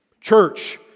Church